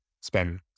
spend